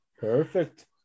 Perfect